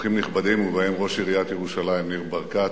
אורחים נכבדים ובהם ראש עיריית ירושלים, ניר ברקת,